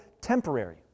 temporary